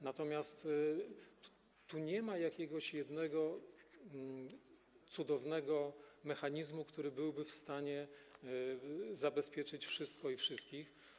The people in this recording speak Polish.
Natomiast tu nie ma jakiegoś jednego cudownego mechanizmu, który byłby w stanie zabezpieczyć wszystko i wszystkich.